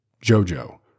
Jojo